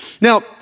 Now